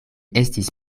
estis